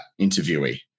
interviewee